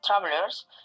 travelers